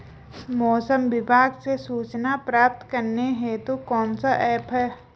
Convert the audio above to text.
मौसम विभाग से सूचना प्राप्त करने हेतु कौन सा ऐप है?